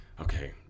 okay